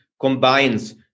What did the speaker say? combines